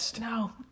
No